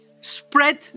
Spread